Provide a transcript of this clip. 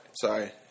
Sorry